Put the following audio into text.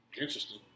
Interesting